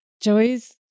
Joey's